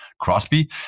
Crosby